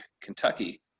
Kentucky